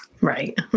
Right